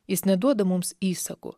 jis neduoda mums įsakų